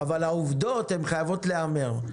אבל העובדות חייבות להיאמר.